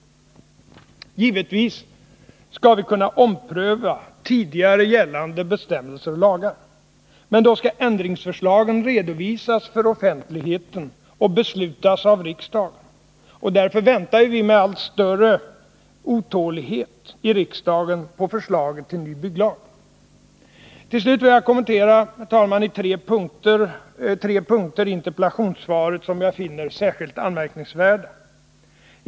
Givetvis skall vi kunna ompröva tidigare gällande bestämmelser och lagar. Men då skall ändringsförslagen redovisas för offentligheten och beslutas av riksdagen. Därför väntar vi med allt större otålighet i riksdagen på förslaget till ny bygglag. Till slut vill jag kommentera tre punkter i interpellationssvaret som jag finner särskilt anmärkningsvärda. 1.